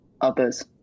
others